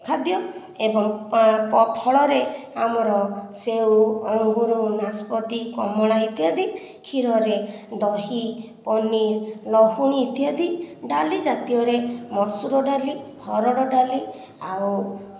ଖାଦ୍ୟ ଏବଂ ଫଳରେ ଆମର ସେଓ ଅଙ୍ଗୁରୁ ନାସପାତି କମଳା ଇତ୍ୟାଦି କ୍ଷୀରରେ ଦହି ପନିର ଲହୁଣୀ ଇତ୍ୟାଦି ଡାଲି ଜାତୀୟରେ ମସୁର ଡାଲି ହରଡ଼ ଡାଲି ଆଉ